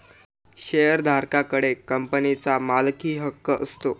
शेअरधारका कडे कंपनीचा मालकीहक्क असतो